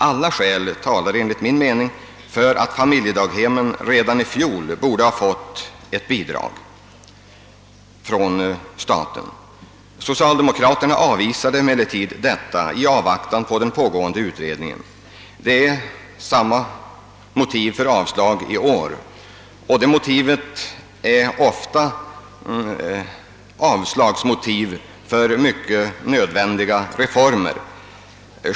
Enligt min mening talar alla skäl för att familjedaghemmen redan i fjol borde ha fått ett statligt bidrag. Socialdemokraterna avvisade emellertid detta därför att de ville avvakta resultatet av den pågående utredningen. Det är samma motiv för avslag i år, och ändå gäller det nu liksom så ofta eljest mycket mödvändiga reformer.